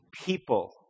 people